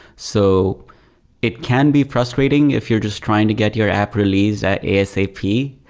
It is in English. so it can be frustrating if you're just trying to get your app released asap.